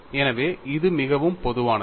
எனவே இது மிகவும் பொதுவானது